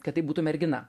kad tai būtų mergina